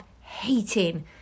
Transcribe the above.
hating